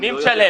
מי משלם?